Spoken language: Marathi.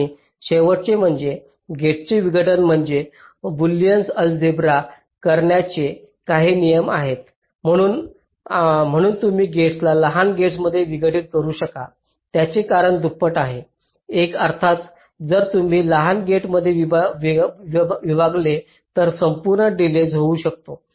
आणि शेवटचे म्हणजे गेट्सचे विघटन म्हणजे बुल्यन अलजेब्रा करण्याचे काही नियम आहेत म्हणून तुम्ही गेट्सना लहान गेट्समध्ये विघटित करू शकता त्याचे कारण दुप्पट आहे एक अर्थातच जर तुम्ही लहान गेट्समध्ये विभागले तर संपूर्ण डिलेज होऊ शकतो